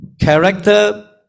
character